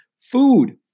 Food